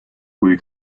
kui